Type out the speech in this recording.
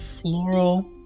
floral